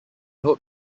hoped